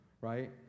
right